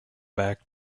back